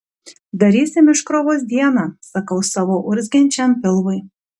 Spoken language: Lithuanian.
darysim iškrovos dieną sakau savo urzgiančiam pilvui